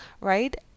right